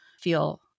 feel